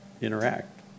interact